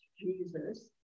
Jesus